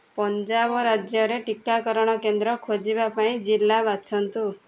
ପଞ୍ଜାବ ରାଜ୍ୟରେ ଟିକାକରଣ କେନ୍ଦ୍ର ଖୋଜିବା ପାଇଁ ଜିଲ୍ଲା ବାଛନ୍ତୁ